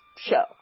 show